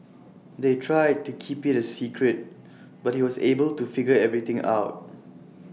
they tried to keep IT A secret but he was able to figure everything out